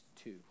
two